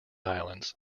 islands